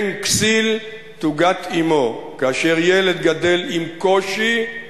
"בן כסיל תוגת אמו": כאשר ילד גדל עם קושי,